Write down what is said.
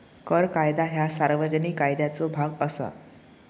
कर कायदा ह्या सार्वजनिक कायद्याचो भाग असा